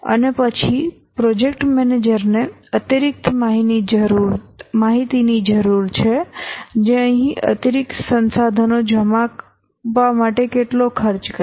અને પછી પ્રોજેક્ટ મેનેજરને અતિરિક્ત માહિતીની જરૂર છે જે અહીં અતિરિક્ત સંસાધનો જમાવવા માટે કેટલો ખર્ચ કરે છે